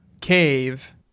cave